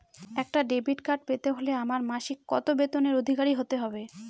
একটা debit card পেতে হলে আমার মাসিক কত বেতনের অধিকারি হতে হবে?